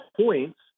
points